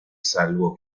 salvo